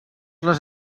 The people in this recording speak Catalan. les